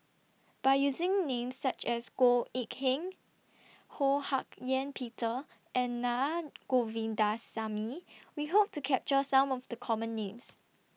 By using Names such as Goh Eck Kheng Ho Hak Ean Peter and Naa Govindasamy We Hope to capture Some of The Common Names